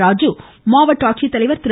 ராஜு மாவட்ட ஆட்சித்தலைவா் திரு